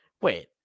Wait